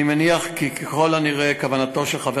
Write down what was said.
אני מניח כי ככל הנראה כוונתו של חבר